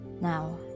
Now